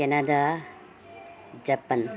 Canada Japan